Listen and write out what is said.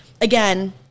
again